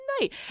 night